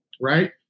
right